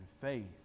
faith